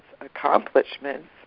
accomplishments